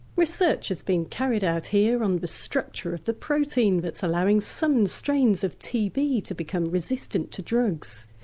research has been carried out here on the structure of the protein that's allowing some strains of tb to become resistant to drugs,